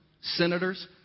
senators